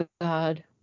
God